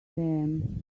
them